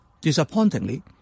Disappointingly